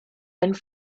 and